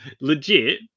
legit